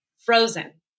frozen